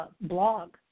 Blog